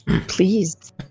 Please